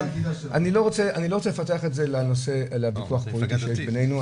אבל לא רוצה לפתח את זה לוויכוח פוליטי שיש בינינו,